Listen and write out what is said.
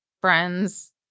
friends